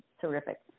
terrific